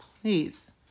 Please